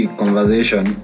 conversation